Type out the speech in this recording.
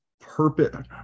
purpose